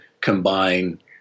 combine